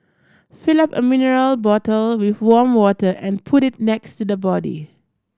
fill up a mineral bottle with warm water and put it next to the body